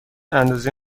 اندازه